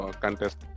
contest